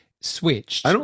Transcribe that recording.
switched